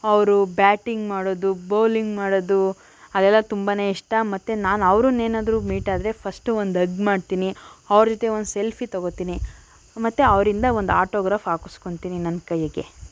ಅವರು ಬ್ಯಾಟಿಂಗ್ ಮಾಡೋದು ಬೌಲಿಂಗ್ ಮಾಡೋದು ಅದೆಲ್ಲ ತುಂಬಾ ಇಷ್ಟ ಮತ್ತೆ ನಾನು ಅವ್ರನ್ನು ಏನಾದ್ರೂ ಮೀಟ್ ಆದರೆ ಫಸ್ಟು ಒಂದು ಅಗ್ ಮಾಡ್ತೀನಿ ಅವ್ರ ಜೊತೆ ಒಂದು ಸೆಲ್ಫಿ ತಗೋತೀನಿ ಮತ್ತು ಅವರಿಂದ ಒಂದು ಆಟೋಗ್ರಾಫ್ ಹಾಕಿಸ್ಕೋತಿನಿ ನನ್ನ ಕೈಗೆ